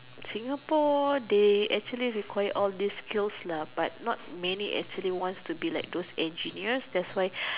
Singapore they actually require all these skills lah but not many actually wants to be like those engineers that's why